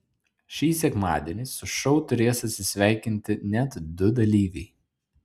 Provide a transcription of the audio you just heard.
šį sekmadienį su šou turės atsisveikinti net du dalyviai